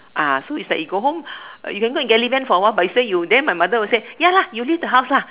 ah so is like you go home you can go and get leave then for a while you say you then my mother will say ya lah you leave the house lah